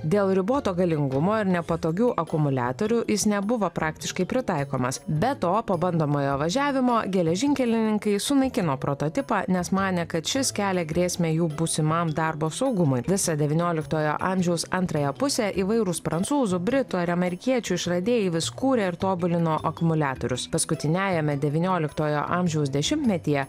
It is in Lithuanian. dėl riboto galingumo ir nepatogių akumuliatorių jis nebuvo praktiškai pritaikomas be to po bandomojo važiavimo geležinkelininkai sunaikino prototipą nes manė kad šis kelia grėsmę jų būsimam darbo saugumui visą devynioliktojo amžiaus antrąją pusę įvairūs prancūzų britų ar amerikiečių išradėjai vis kūrė ir tobulino akumuliatorius paskutiniajame devynioliktojo amžiaus dešimtmetyje